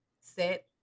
set